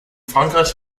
frankreich